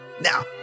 Now